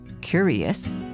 Curious